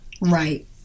Right